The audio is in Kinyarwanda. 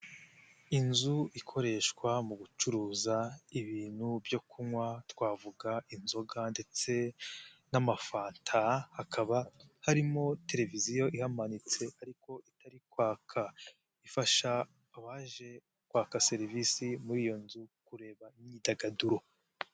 Inzu ikoreshwa mu gucuruza ibintu byo kunywa, twavuga inzoga ndetse n'ama fanta, hakaba harimo televiziyo ihamanitse ariko itari kwaka, ifasha abaje kwaka serivisi muri iyo nzu kureba imyidagaduro.